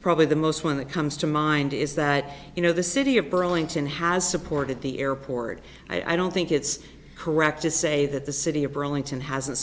probably the most when it comes to mind is that you know the city of burlington has supported the airport i don't think it's correct to say that the city of burlington hasn't